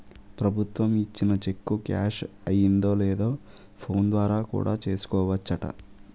ప్రభుత్వం ఇచ్చిన cheque cash అయిందో లేదో ఫోన్ ద్వారా కూడా చూసుకోవచ్చట